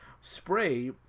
spray